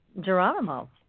Geronimo